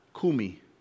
Kumi